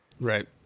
Right